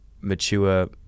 mature